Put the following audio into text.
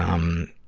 um,